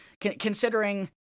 considering